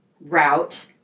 route